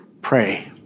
pray